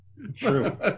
True